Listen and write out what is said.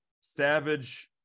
savage